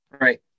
Right